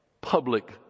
public